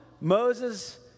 Moses